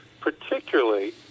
particularly